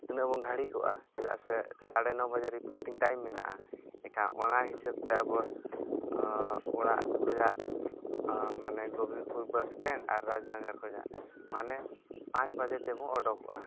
ᱛᱤᱱᱟᱹᱜ ᱵᱚ ᱜᱷᱟᱲᱤᱠᱚᱜᱼᱟ ᱪᱮᱫᱟᱜ ᱥᱮ ᱥᱟᱲᱮ ᱱᱚ ᱵᱟᱡᱮᱨᱮ ᱨᱤᱯᱳᱴᱤᱝ ᱴᱟᱭᱤᱢ ᱢᱮᱱᱟᱜᱼᱟ ᱡᱮᱠᱷᱟ ᱚᱱᱟ ᱦᱤᱥᱟᱹᱵᱽᱛᱮ ᱟᱵᱚ ᱚᱲᱟᱜ ᱠᱷᱚᱡᱟᱜ ᱢᱟᱱᱮ ᱜᱚᱵᱤᱱᱫᱽᱯᱩᱨ ᱵᱟᱥᱴᱮᱱᱰ ᱟᱨ ᱨᱟᱡᱽᱱᱟᱜᱟᱨ ᱠᱷᱚᱡᱟᱜ ᱢᱟᱱᱮ ᱯᱟᱸᱪ ᱵᱟᱡᱮ ᱛᱮᱵᱚ ᱚᱰᱚᱠᱚᱜᱼᱟ